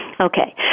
Okay